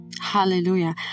hallelujah